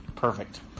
Perfect